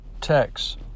text